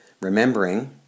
Remembering